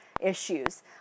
issues